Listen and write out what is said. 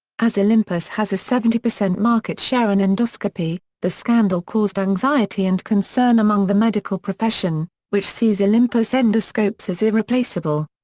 as olympus has a seventy percent market market share in endoscopy, the scandal caused anxiety and concern among the medical profession, which sees olympus endoscopes as irreplaceable.